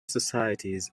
societies